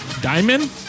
diamond